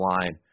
line